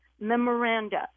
Memoranda